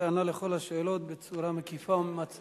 שענה על כל השאלות בצורה מקיפה וממצה.